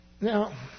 Now